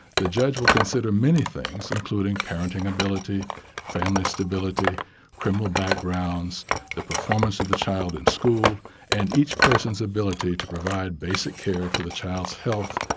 the judge will consider many things including parenting ability family stability criminal backgrounds the performance of the child in school and each person's ability to provide basic care for the child's health,